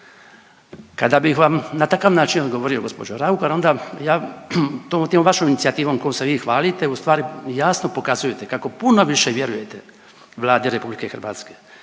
Kada bih vam na takav način odgovorio gospođo Raukar onda ja, tom vašom inicijativom kojom se vi hvalite u stvari jasno pokazujete kako puno više vjerujete Vladi RH i Ministarstvu